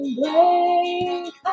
break